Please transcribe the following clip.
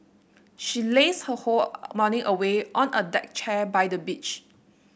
she lazed her whole morning away on a deck chair by the beach